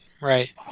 right